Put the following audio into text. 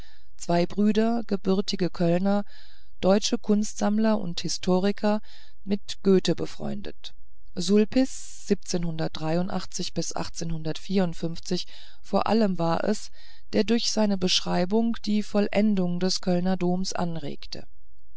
zwei brüder gebürtige kölner deutsche kunstsammler und historiker mit goethe befreundet sois vor allem war es der durch eine beschreibung die vollendung des kölner doms anregte